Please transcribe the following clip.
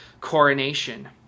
coronation